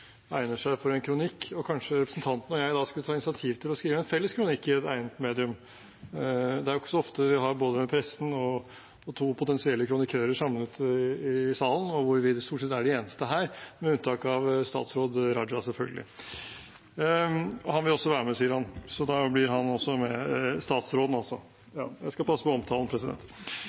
egner seg for en kronikk, og kanskje representanten og jeg skulle ta initiativet til å skrive en felles kronikk i et egnet medium. Det er jo ikke så ofte vi har både pressen og to potensielle kronikører samlet i salen, og hvor vi stort sett er de eneste her – med unntak av statsråd Raja, selvfølgelig, og han vil også være med, sier han. Så da blir han også med, statsråden altså – jeg skal passe på å omtale ham som det, president.